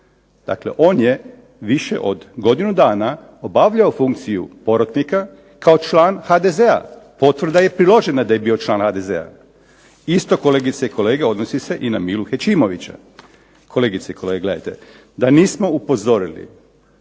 Dakle on je više od godinu dana obavljao funkciju porotnika kao član HDZ-a, potvrda je priložena da je bio član HDZ-a. Isto kolegice i kolege odnosi se i na Milu Hećimovića. Kolegice i kolege gledajte, da nismo upozorili